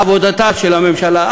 לעבודתה של הממשלה,